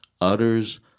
utters